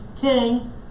king